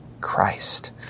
Christ